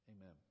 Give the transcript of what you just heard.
Amen